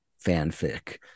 fanfic